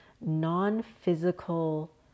non-physical